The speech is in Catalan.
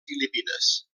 filipines